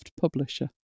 publisher